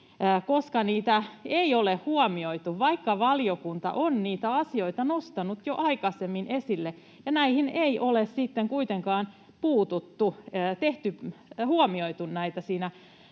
koska niitä ei ole huomioitu, vaikka valiokunta on niitä asioita nostanut jo aikaisemmin esille, ja näihin ei ole sitten kuitenkaan puututtu, huomioitu näitä